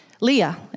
Leah